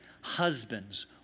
husbands